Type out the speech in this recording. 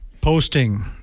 posting